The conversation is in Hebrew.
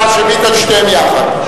רבותי, הצבעה שמית על שתיהן יחד.